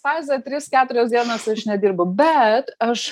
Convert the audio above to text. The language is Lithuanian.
fazė tris keturias dienas aš nedirbu bet aš